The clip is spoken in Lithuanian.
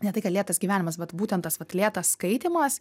ne tai kad lėtas gyvenimas bet būtent tas vat lėtas skaitymas